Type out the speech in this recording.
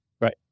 Right